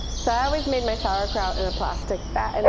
so i always made my sauerkraut in a plastic bag. and